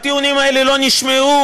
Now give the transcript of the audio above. הטיעונים האלה לא נשמעו.